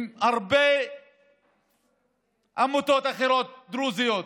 עם הרבה עמותות אחרות דרוזיות,